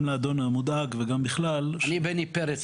גם לאדון המודאג וגם בכלל --- אני בני פרץ,